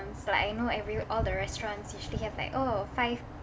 like I know every all the restaurants usually have like oh five